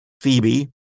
Phoebe